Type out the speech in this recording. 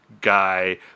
guy